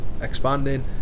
expanding